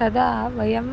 तदा वयम्